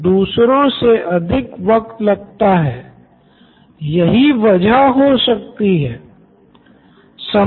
तो यह एक अध्यापक के लिए दिक्कत वाली बात है जहां उससे उम्मीद की गयी है की उसने एक स्तर तक अपना पाठ्यक्रम पूर्ण कर दिया हो लेकिन वो ऐसा कर नहीं पाया हो